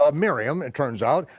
um miriam it turns out,